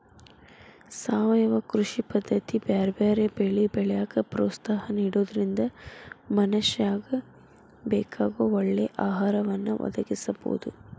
ಸಾವಯವ ಕೃಷಿ ಪದ್ದತಿ ಬ್ಯಾರ್ಬ್ಯಾರೇ ಬೆಳಿ ಬೆಳ್ಯಾಕ ಪ್ರೋತ್ಸಾಹ ನಿಡೋದ್ರಿಂದ ಮನಶ್ಯಾಗ ಬೇಕಾಗೋ ಒಳ್ಳೆ ಆಹಾರವನ್ನ ಒದಗಸಬೋದು